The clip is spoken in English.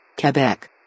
Quebec